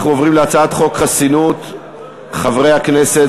אנחנו עוברים להצעת חוק חסינות חברי הכנסת,